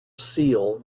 seal